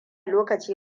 lokaci